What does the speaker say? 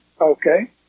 Okay